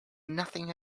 nothing